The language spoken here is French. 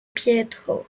pietro